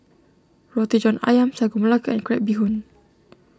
Roti John Ayam Sagu Melaka and Crab Bee Hoon